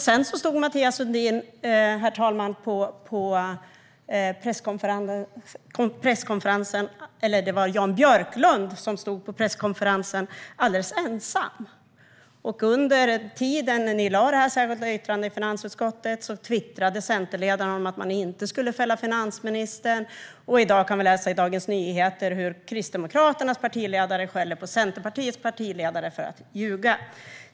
Sedan stod dock Jan Björklund alldeles ensam på presskonferensen, och under tiden när ni lade det särskilda yttrandet i finansutskottet twittrade centerledaren om att man inte skulle fälla finansministern. Och i dag kan vi läsa i Dagens Nyheter hur Kristdemokraternas partiledare skäller på Centerpartiets partiledare och säger att hon ljuger.